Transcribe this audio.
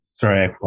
Sorry